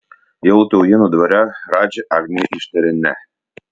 jau taujėnų dvare radži agnei ištarė ne